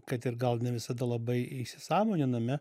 kad ir gal ne visada labai įsisąmoniname